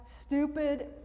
stupid